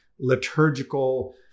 liturgical